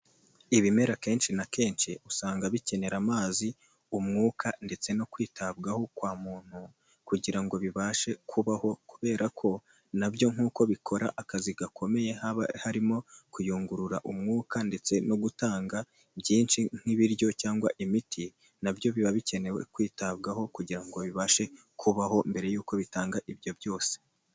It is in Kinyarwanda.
Ibimera kenshi na kenshi usanga bikenera amazi, umwuka ndetse no kwitabwaho kwa muntu kugira ngo bibashe kubaho kubera ko nabyo nk'uko bikora akazi gakomeye haba harimo kuyungurura umwuka ndetse no gutanga byinshi nk'ibiryo cyangwa imiti, nabyo biba bikene kwitabwaho kugira ngo bibashe kubaho mbere y'uko bitanga ibyo byose.